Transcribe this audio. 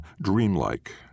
dreamlike